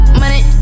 money